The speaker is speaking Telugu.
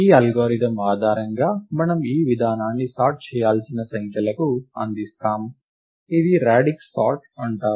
ఈ అల్గోరిథం ఆధారంగా మనము ఈ విధానాన్ని సార్ట్ చేయాల్సిన సంఖ్యలకు అందజేస్తాము దీనిని రాడిక్స్ సార్ట్ అంటారు